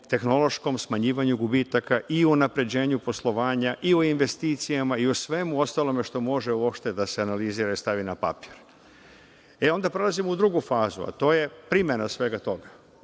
tehnološkom smanjivanju gubitaka i unapređenju poslovanja i u investicijama i u svemu ostalom što može uopšte da se analizira i stavi na papir. Onda prelazimo na drugu fazu, a to je primena svega toga.